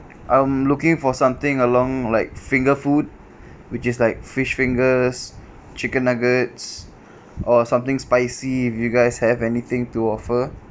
I'm looking for something along like finger food which is like fish fingers chicken nuggets or something spicy if you guys have anything to offer